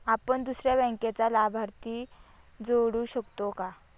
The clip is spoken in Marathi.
आपण दुसऱ्या बँकेचा लाभार्थी जोडू शकतो का?